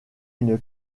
une